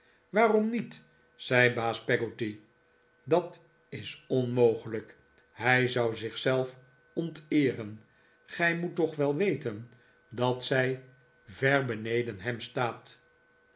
waarom niet zei baas peggotty dat is onmogelijk hij zou zichzelf onteeren gij moet toch wel weten dat zij ver beneden hem staat